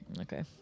Okay